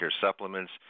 supplements